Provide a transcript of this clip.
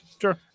Sure